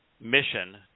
mission